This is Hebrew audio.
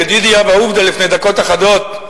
בדידי הווה עובדא לפני דקות אחדות,